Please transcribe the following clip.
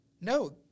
No